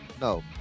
No